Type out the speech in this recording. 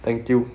thank you